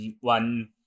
one